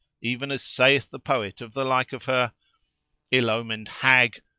even as saith the poet of the like of her ill-omened hag!